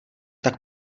tak